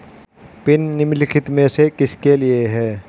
Pin निम्नलिखित में से किसके लिए है?